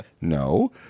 No